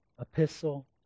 epistle